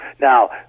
Now